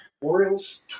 Orioles